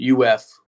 uf